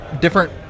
different